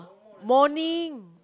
morning